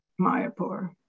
Mayapur